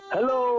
Hello